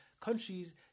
countries